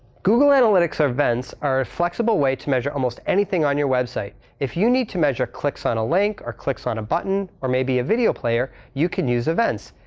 google analytics events are a flexible way to measure almost anything on your website. if you need to measure clicks on a link or clicks on a button or maybe a video player, you can use events.